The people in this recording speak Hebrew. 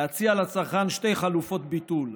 להציע לצרכן שתי חלופות ביטול: